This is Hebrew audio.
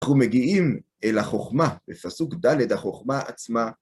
אנחנו מגיעים אל החוכמה, בפסוק ד', החוכמה עצמה.